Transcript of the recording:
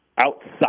outside